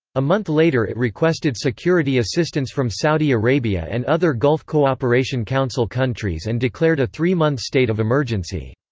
a month later it requested security assistance from saudi arabia and other gulf cooperation council countries and declared a three-month state of emergency.